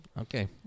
okay